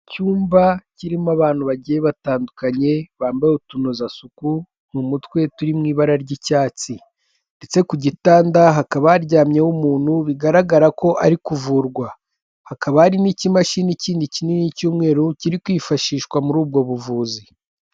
Icyumba kirimo abantu bagiye batandukanye, bambaye utunozasuku mu mutwe turi mu ibara ry'icyatsi, ndetse ku gitanda hakaba haryamyeho umuntu bigaragara ko ari kuvurwa, hakaba hari n'ikimashini kindi kinini cy'umweru kiri kwifashishwa muri ubwo buvuzi.